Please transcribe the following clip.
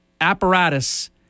apparatus